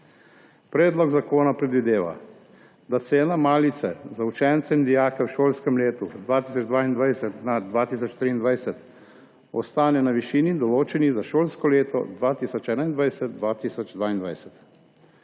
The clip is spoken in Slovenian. Predlog zakona predvideva, da cena malice za učence in dijake v šolskem letu 2022/23 ostane na višini, določeni za šolsko leto 2021/22,